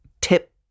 Tip